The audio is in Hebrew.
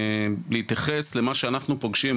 להתייחס למה שאנחנו פוגשים,